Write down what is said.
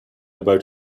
about